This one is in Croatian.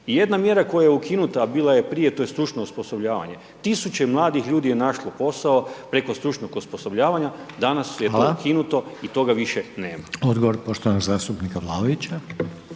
jedna mjera koja je ukinuta, a bila je prije, a to je stručno osposobljavanje. Tisuće mladih ljudi je našlo posao preko stručnog osposobljavanja, danas je…/Upadica: Hvala/…to ukinuto i toga više nema. **Reiner, Željko (HDZ)** Hvala.